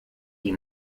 die